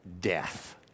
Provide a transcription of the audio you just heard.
death